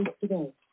today